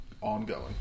ongoing